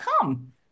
come